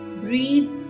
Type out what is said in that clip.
breathe